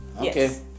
okay